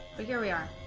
but here we are